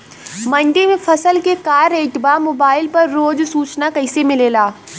मंडी में फसल के का रेट बा मोबाइल पर रोज सूचना कैसे मिलेला?